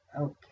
okay